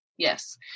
Yes